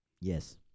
Yes